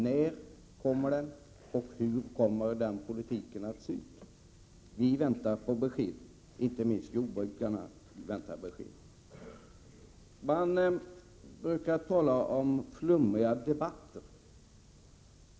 När kommer den, och hur kommer den politiken att se ut? Vi väntar på besked — inte minst jordbrukarna väntar. Det brukar talas om flummiga debatter.